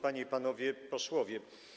Panie i Panowie Posłowie!